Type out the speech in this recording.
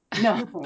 No